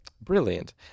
Brilliant